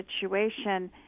situation